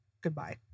Goodbye